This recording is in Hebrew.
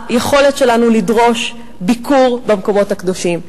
ליכולת שלנו לדרוש ביקור במקומות הקדושים.